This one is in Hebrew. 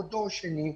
או דור שני,